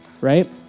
right